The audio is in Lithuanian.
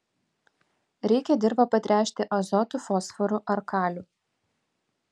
reikia dirvą patręšti azotu fosforu ar kaliu